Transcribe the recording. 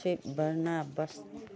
swift Verna bus